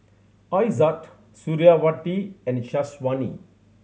Aizat Suriawati and Syazwani